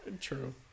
True